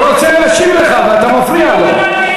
הוא רוצה להשיב לך ואתה מפריע לו.